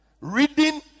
Reading